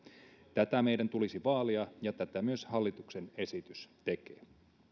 tätä meidän tulisi vaalia ja tätä myös hallituksen esitys tekee